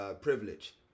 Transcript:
privilege